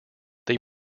they